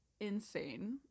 insane